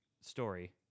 story